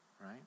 right